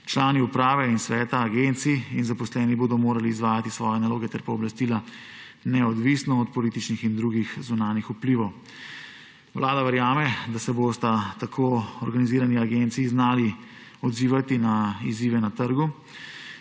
Člani uprave in sveta agencij in zaposleni bodo morali izvajati svoje naloge ter pooblastila neodvisno od političnih in drugih zunanjih vplivov. Vlada verjame, da se bosta tako organizirani agenciji znali odzivati na izzive na trgu